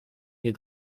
ihr